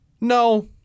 no